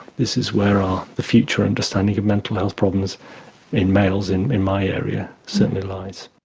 this is where ah the future understanding of mental health problems in males in in my area certainly lies.